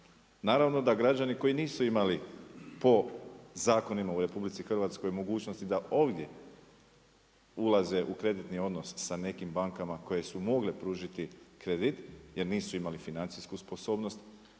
Naravno da građani koji nisu imali po zakonima u RH mogućnosti da ovdje ulaze u kreditni odnos s nekim bankama koje su mogle pružiti kredit, jer nisu imali financijsku sposobnost,